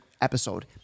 episode